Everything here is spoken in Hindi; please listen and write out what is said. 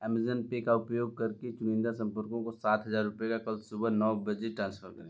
अमेजन पे का उपयोग करके चुनिंदा संपर्कों को सात हजार रुपये कल सुबह नौ बजे ट्रांसफर करें